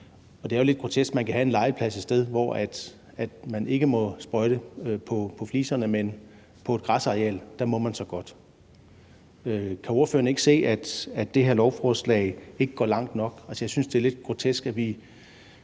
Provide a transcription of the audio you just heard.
Det er jo lidt grotesk, at man kan have en legeplads et sted, hvor man ikke må sprøjte på fliserne, men på et græsareal må man så godt. Kan ordføreren ikke se, at det her lovforslag ikke går langt nok? Jeg synes, det er lidt grotesk, for vi